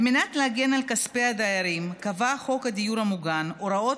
על מנת להגן על כספי הדיירים קבע חוק הדיור המוגן הוראות